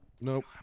Nope